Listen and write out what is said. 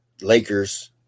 Lakers